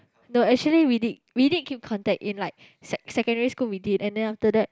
no actually we did we did keep contact in like sec~ secondary school we did and then after that